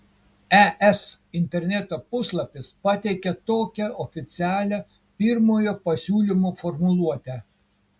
es interneto puslapis pateikia tokią oficialią pirmojo pasiūlymo formuluotę